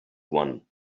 one